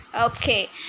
Okay